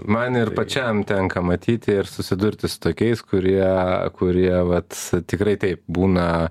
man ir pačiam tenka matyti ir susidurti su tokiais kurie kurie vat tikrai taip būna